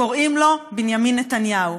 קוראים לו בנימין נתניהו.